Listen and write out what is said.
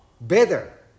better